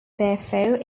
therefore